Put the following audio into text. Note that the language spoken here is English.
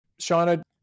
Shauna